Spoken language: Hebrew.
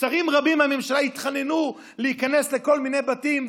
שרים רבים מהממשלה התחננו להיכנס לכל מיני בתים,